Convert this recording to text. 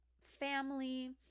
family